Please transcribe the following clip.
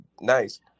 nice